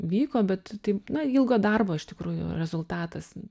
vyko bet tai na ilgo darbo iš tikrųjų rezultatas